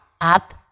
up